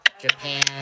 Japan